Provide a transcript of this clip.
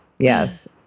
Yes